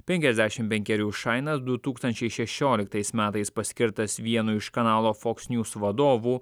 penkiasdešimt penkerių šainas du tūkstančiai šešioliktais metais paskirtas vienu iš kanalo fox news ks njūz vadovu